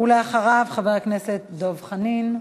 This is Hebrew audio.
אחריו, חבר הכנסת דב חנין.